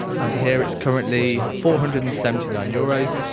and here it's currently four hundred and seventy nine euros.